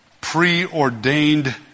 preordained